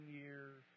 years